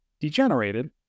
degenerated